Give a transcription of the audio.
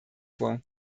vor